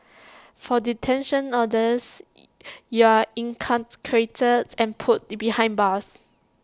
for detention orders you're incarcerated and put behind bars